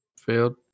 field